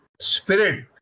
spirit